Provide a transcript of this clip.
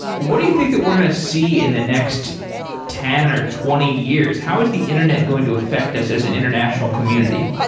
what do you think that we're going to see in the next ten or twenty years? how is the internet going to affect us as an international community?